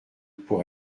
pour